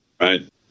Right